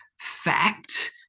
FACT